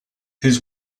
his